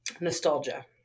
nostalgia